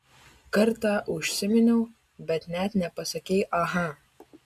kartą užsiminiau bet net nepasakei aha